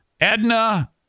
edna